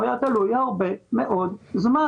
הוא היה תלוי ועומד הרבה מאוד זמן.